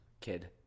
kid